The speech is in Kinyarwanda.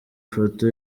foto